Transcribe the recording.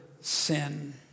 sin